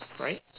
right